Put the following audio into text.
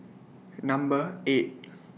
Number eight